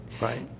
right